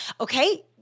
Okay